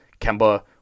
Kemba